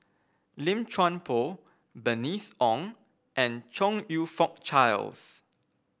Lim Chuan Poh Bernice Ong and Chong You Fook Charles